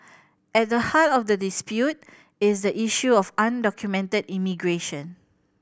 at the heart of the dispute is the issue of undocumented immigration